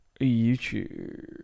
YouTube